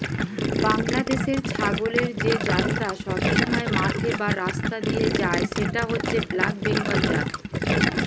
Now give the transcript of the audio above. বাংলাদেশের ছাগলের যে জাতটা সবসময় মাঠে বা রাস্তা দিয়ে যায় সেটা হচ্ছে ব্ল্যাক বেঙ্গল জাত